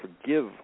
forgive